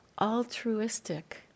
altruistic